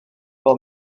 fel